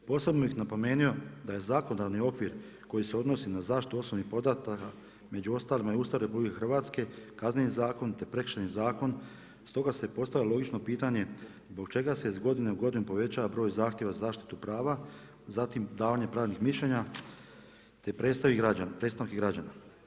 Posebno bih napomenuo da je zakonodavni okvir koji se odnosi na zaštitu osobnih podataka među ostalima i Ustav RH, Kazneni zakon, te Prekršajni zakon, stoga se postavlja logično pitanje zbog čega se iz godine u godinu povećava broj zahtjeva za zaštitu prava, zatim davanje pravnih mišljenja, te predstavki građana.